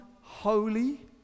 holy